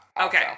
Okay